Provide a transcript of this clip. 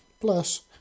Plus